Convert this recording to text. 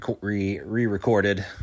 re-recorded